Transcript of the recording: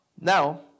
Now